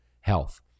health